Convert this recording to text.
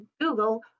Google